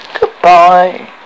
Goodbye